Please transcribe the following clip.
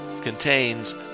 contains